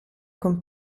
con